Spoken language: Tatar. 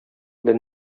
белән